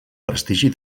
prestigi